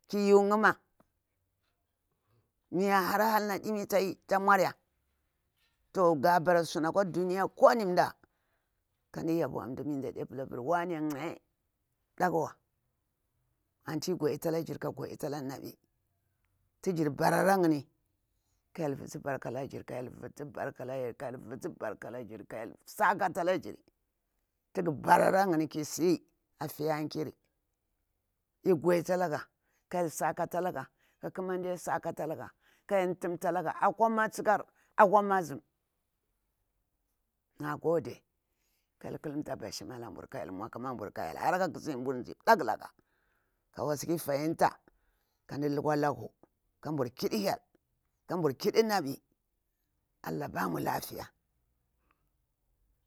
Ki'u nkha mah miya hal na dimi ta nmurya. Toh ga bara sunakwa ɗuniya ko wani nɗah kandi yabon mi ɗadi pala wane. ntsiy bɗaƙawa. Anti guɗita lagir ka guɗita ala naɓi tijir barara ngumi, ƙah hyel visi barka ala jiri kah hyel visi baƙa ala var, ƙah hyel visi barka alah jiri, kah hyel saka ala jiri. Tigu barara ngani kisi afiya nkiri ek gudita ala ga, ka hyel sakata ajaga, ka kumade sakataga, ka hyel timta laga akwa masikar akwa mazim. Na gode kah hyel ƙulumta bashim ala nburu. ƙah hyel hara ka nzin nburu kzi ɓdƙulaka, ka wasiki fahimta kaɗu lukwa laku, ka nbur kidi hyel, kabur kiɗi naɓi. Allah bamu lafiya